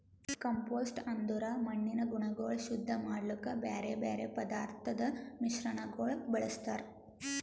compost ಅಂದುರ್ ಮಣ್ಣಿನ ಗುಣಗೊಳ್ ಶುದ್ಧ ಮಾಡ್ಲುಕ್ ಬ್ಯಾರೆ ಬ್ಯಾರೆ ಪದಾರ್ಥದ್ ಮಿಶ್ರಣಗೊಳ್ ಬಳ್ಸತಾರ್